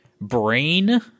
Brain